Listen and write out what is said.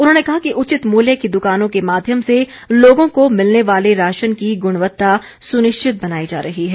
उन्होंने कहा कि उचित मूल्य की दुकानों के माध्यम से लोगों को मिलने वाले राशन की गुणवत्ता सुनिश्चित बनाई जा रही है